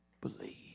believe